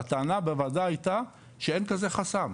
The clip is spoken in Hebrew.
והטענה בוועדה הייתה שאין כזה חסם,